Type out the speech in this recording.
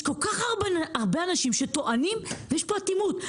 יש כל כך הרבה אנשים שטוענים, ויש פה אטימות.